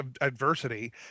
adversity